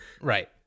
right